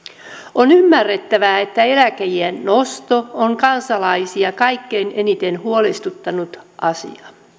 on ymmärrettävää että eläkeiän nosto on kansalaisia kaikkein eniten huolestuttanut asia